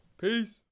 Peace